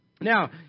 Now